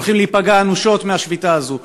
שהולכים להיפגע אנושות מהשביתה הזאת?